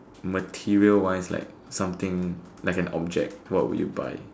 material wise like something like an object what would you buy